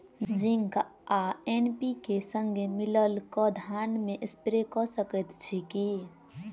Zinc आ NPK, संगे मिलल कऽ धान मे स्प्रे कऽ सकैत छी की?